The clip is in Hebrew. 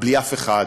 בלי אף אחד.